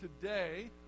Today